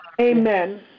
Amen